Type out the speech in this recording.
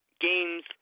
games